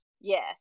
Yes